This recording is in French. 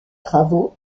travaux